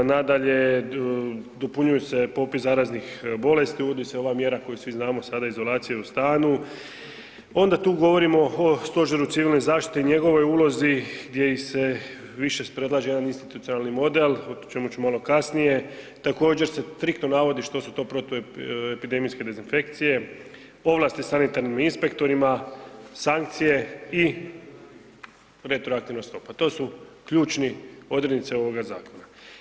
Nadalje, dopunjuju se popis zaraznih bolesti, uvodi se ova mjera koju svi znamo sada izolacije u stanu, onda tu govorimo o Stožeru civilne zaštite i njegovoj ulozi gdje ih se više se predlaže jedan institucionalni model o čemu ću malo kasnije, također se striktno navodi što su to protuepidemijske dezinfekcije, ovlasti sanitarnim inspektorima, sankcije i retroaktivna … to su ključne odrednice ovoga zakona.